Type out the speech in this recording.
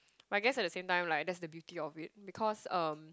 but I guess at the same time like that's the beauty of it because um